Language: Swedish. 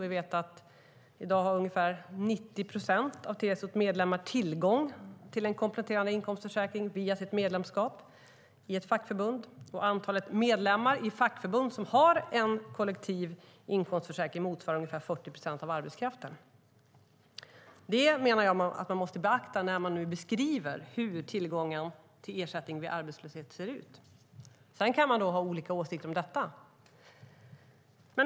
Vi vet att ungefär 90 procent av TCO:s medlemmar i dag har tillgång till en kompletterande inkomstförsäkring via sitt medlemskap i ett fackförbund. Antalet medlemmar i fackförbund som har en kollektiv inkomstförsäkring motsvarar ungefär 40 procent av arbetskraften. Detta menar jag att man måste beakta när man beskriver hur tillgången till ersättning vid arbetslöshet ser ut. Sedan kan man ha olika åsikter om det.